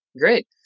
Great